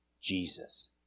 Jesus